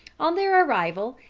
on their arrival,